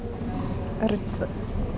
ritz